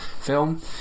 film